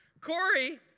Corey